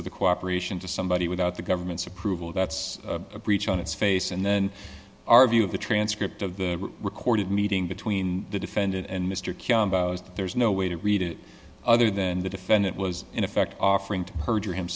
of the cooperation to somebody without the government's approval that's a breach on its face and then our view of the transcript of the recorded meeting between the defendant and mr king there's no way to read it other than the defendant was in effect offering to perjure